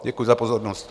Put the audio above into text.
Děkuji za pozornost.